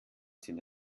sind